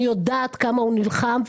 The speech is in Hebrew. אני יודעת כמה הוא נלחם.